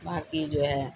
باقی جو ہے